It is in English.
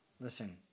Listen